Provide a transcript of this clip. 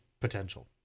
potential